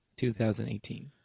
2018